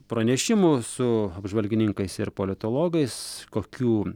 pranešimų su apžvalgininkais ir politologais kokių